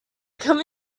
come